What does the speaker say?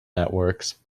networks